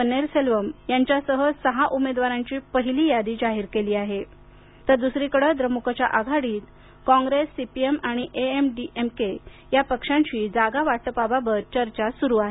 पन्नेरसेल्वम यांच्यासह सहा उमेदवारांची पहिली यादी जाहीर केली आहे तर दुसरीकडे द्रमुकच्या आघाडीत कॉंग्रेस सी पी एम आणि एम डी एम के या पक्षांशी जागावाटपाबाबत चर्चा सुरू आहे